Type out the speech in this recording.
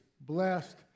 blessed